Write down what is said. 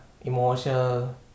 emotional